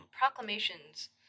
proclamations